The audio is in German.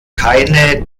keine